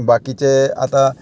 बाकीचे आतां